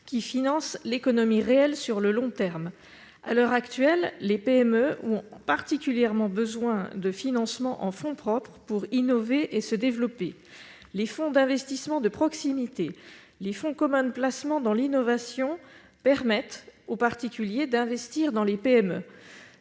qui financent l'économie réelle sur le long terme. À l'heure actuelle, les PME, en particulier, ont besoin de financements en fonds propres pour innover et assurer leur développement. Les fonds d'investissement de proximité (FIP) et les fonds communs de placement dans l'innovation (FCPI) permettent aux particuliers d'investir dans les PME.